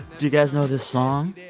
you guys know this song?